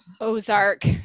Ozark